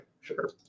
sure